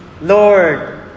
Lord